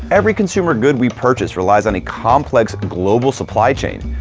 every consumer good we purchase relies on a complex global supply chain.